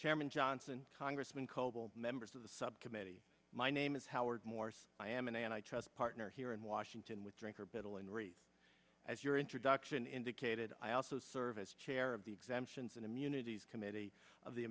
chairman johnson congress when coble members of the subcommittee my name is howard morris i am an antitrust partner here in washington with drinker peddling read as your introduction indicated i also serve as chair of the exemptions and immunities committee of the